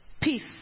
peace